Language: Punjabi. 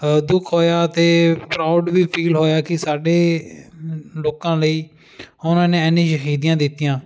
ਦੁੱਖ ਹੋਇਆ ਅਤੇ ਪ੍ਰਾਊਡ ਵੀ ਫੀਲ ਹੋਇਆ ਕਿ ਸਾਡੇ ਲੋਕਾਂ ਲਈ ਉਹਨਾਂ ਨੇ ਇੰਨੀਆਂ ਸ਼ਹੀਦੀਆਂ ਦਿੱਤੀਆਂ